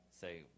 say